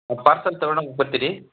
ಆಂ parcel ತೊಗೊಂಡೋಗಕ್ಕೆ ಬರ್ತೀರಿ